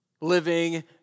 living